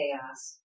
chaos